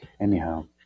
Anyhow